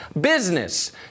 business